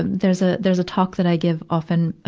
and there's a, there's a talk that i give often,